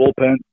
bullpen